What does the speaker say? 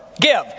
give